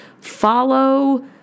Follow